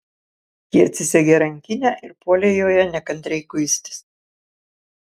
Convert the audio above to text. ji atsisegė rankinę ir puolė joje nekantriai kuistis